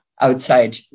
outside